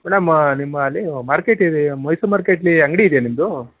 madam ನಿಮ್ಮಲ್ಲಿ market ಇದೆ ಮೈಸೂರು ಮಾರ್ಕೆಟ್ಲ್ಲಿ ಅಂಗಡಿ ಇದೆಯ ನಿಮ್ದು